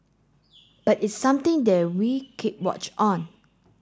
but it's something that we keep watch on